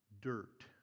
dirt